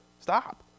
Stop